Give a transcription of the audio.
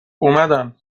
اومدن